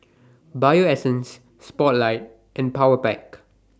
Bio Essence Spotlight and Powerpac